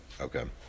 Okay